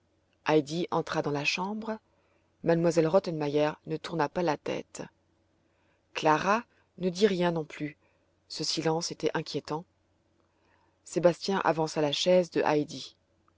entra dans la chambre m elle rottenmeier ne tourna pas la tête clara ne dit rien non plus ce silence était inquiétant sébastien avança la chaise de heidi